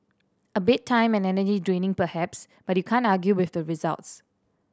a bit time and energy draining perhaps but you can't argue with the results